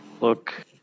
Look